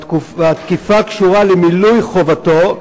והתקיפה קשורה למילוי חובתו,